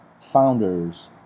founders